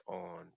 on